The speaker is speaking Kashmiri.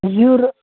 زیُر